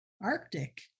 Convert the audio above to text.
Arctic